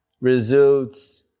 results